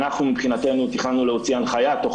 אנחנו מבחינתנו תכננו להוציא הנחיה תוך